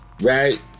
right